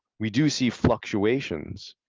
we do see fluctuations,